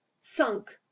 sunk